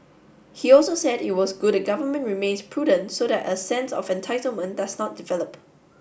he also said it was good the government remains prudent so that a sense of entitlement does not develop